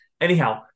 Anyhow